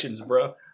bro